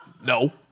No